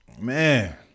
Man